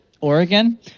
Oregon